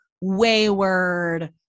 wayward